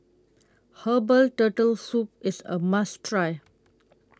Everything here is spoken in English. Herbal Turtle Soup IS A must Try